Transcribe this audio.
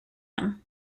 him